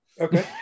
Okay